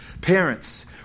Parents